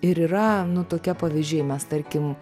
ir yra nu tokie pavyzdžiai mes tarkim